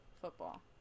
football